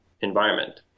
environment